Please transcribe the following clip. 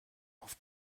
auf